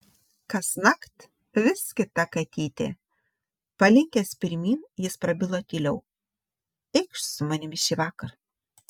kasnakt vis kita katytė palinkęs pirmyn jis prabilo tyliau eikš su manimi šįvakar